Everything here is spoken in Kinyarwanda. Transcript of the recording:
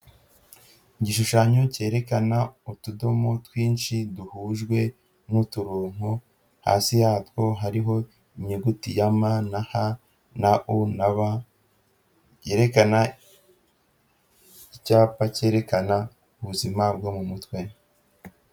Igishushanyo cyerekana utudomo twinshi duhujwe n'uturongo, hasi yatwo hariho inyuguti mHub, yerekana icyapa cyerekana ubuzima bwo mu mutwe.